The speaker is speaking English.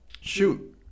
shoot